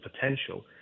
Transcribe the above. potential